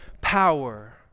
power